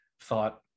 thought